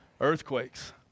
Earthquakes